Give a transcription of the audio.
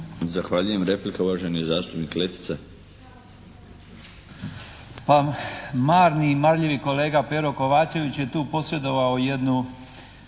Zahvaljujem. Replika, uvaženi zastupnik Sabati.